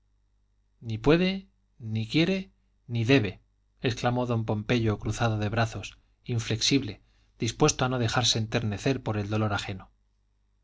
ni puede ni quiere ni debe exclamó don pompeyo cruzado de brazos inflexible dispuesto a no dejarse enternecer por el dolor ajeno